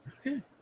Okay